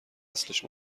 اصلش